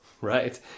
right